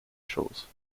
chose